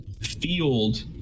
Field